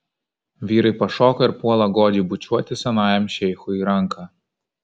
vyrai pašoka ir puola godžiai bučiuoti senajam šeichui ranką